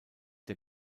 der